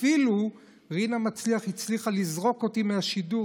אפילו רינה מצליח הצליחה לזרוק אותי מהשידור